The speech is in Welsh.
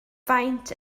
faint